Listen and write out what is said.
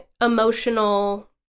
emotional